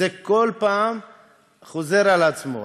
זה כל פעם חוזר על עצמו.